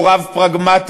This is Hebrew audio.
הוא רב פרגמטי,